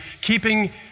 keeping